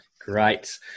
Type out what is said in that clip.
Great